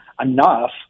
enough